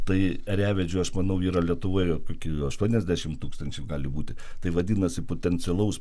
tai ėriavėdžių aš manau yra lietuvoje kokių aštuoniasdešimt tūkstančių gali būti tai vadinasi potencialaus